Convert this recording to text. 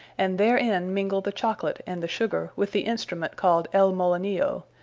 and therein mingle the chocolate and the sugar, with the instrument called el molinillo,